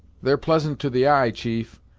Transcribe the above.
they're pleasant to the eye, chief,